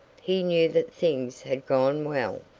he knew that things had gone well,